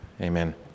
amen